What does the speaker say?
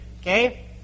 Okay